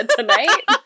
tonight